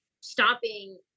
stopping